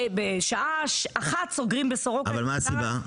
שבשעה 13:00 סוגרים בסורוקה את חדרי הניתוח --- אבל מה הסיבה?